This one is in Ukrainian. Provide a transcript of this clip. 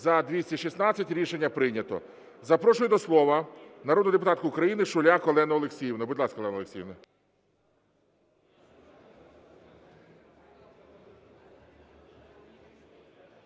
За-216 Рішення прийнято. Запрошую до слова народну депутатку України Шуляк Олену Олексіївну. Будь ласка, Олена Олексіївна.